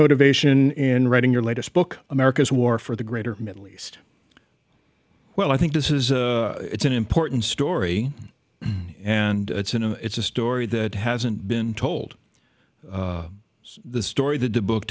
motivation in writing your latest book america's war for the greater middle east well i think this is it's an important story and it's in a it's a story that hasn't been told the story that the book